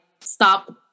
stop